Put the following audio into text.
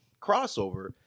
crossover